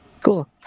cool